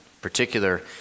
particular